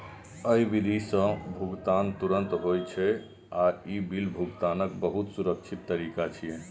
एहि विधि सं भुगतान तुरंत होइ छै आ ई बिल भुगतानक बहुत सुरक्षित तरीका छियै